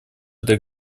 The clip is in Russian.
для